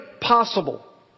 possible